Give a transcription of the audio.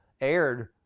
aired